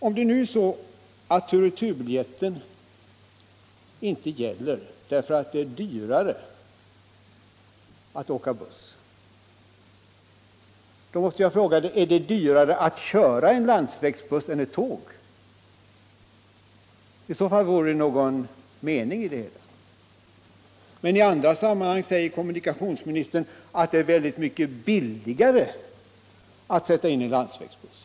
Om det nu är så att turoch returbiljetten inte gäller därför att det är dyrare att åka buss, så måste jag fråga: Är det dyrare att köra en | landsvägsbuss än ett tåg? I så fall vore det ju någon mening i det hela. | Men i andra sammanhang har kommunikationsministern sagt att det är mycket billigare att sätta in en landsvägsbuss.